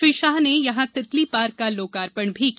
श्री शाह ने यहां तितिली पार्क का लोकार्पण भी किया